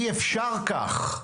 אי-אפשר כך.